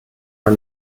man